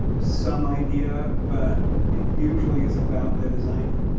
some idea but it usually is about the designer.